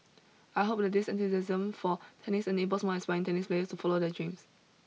I hope that this enthusiasm for tennis enables more aspiring tennis players to follow their dreams